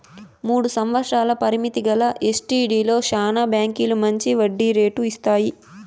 మూడు సంవత్సరాల పరిమితి గల ఎస్టీడీలో శానా బాంకీలు మంచి వడ్డీ రేటు ఇస్తాయి